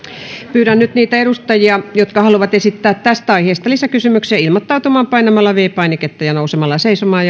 pyydän nyt niitä edustajia jotka haluavat esittää tästä aiheesta lisäkysymyksiä ilmoittautumaan painamalla viides painiketta ja nousemalla seisomaan